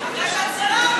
אחרי שאת סירבת,